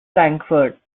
frankfurt